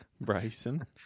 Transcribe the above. Bryson